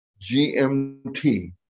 GMT